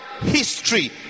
history